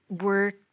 work